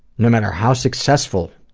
no matter how successful,